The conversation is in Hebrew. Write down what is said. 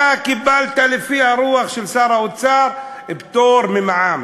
אתה קיבלת לפי הרוח של שר האוצר פטור ממע"מ.